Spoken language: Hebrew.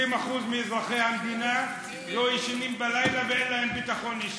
20% מאזרחי המדינה לא ישנים בלילה ואין להם ביטחון אישי.